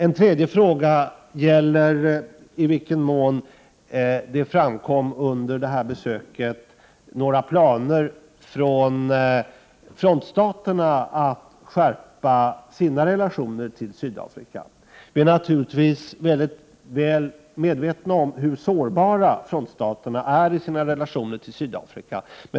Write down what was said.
En tredje fråga gäller i vilken mån det under detta besök framkom några planer från frontstaterna på att skärpa relationerna till Sydafrika. Vi är naturligtvis väl medvetna om hur sårbara frontstaterna är i sina relationer till Sydafrika.